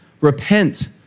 repent